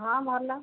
ହଁ ଭଲ